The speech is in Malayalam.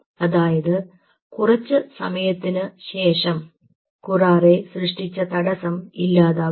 അതായത് കുറച്ചു സമയത്തിന് ശേഷം കുറാറെ സൃഷ്ടിച്ച തടസ്സം ഇല്ലാതാകുന്നു